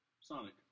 Sonic